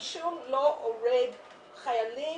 עישון לא הורג חיילים,